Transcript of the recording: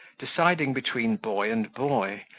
deciding between boy and boy,